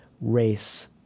race